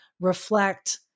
reflect